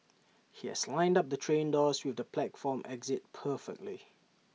he has lined up the train doors with the platform exit perfectly